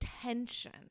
tension